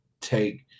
take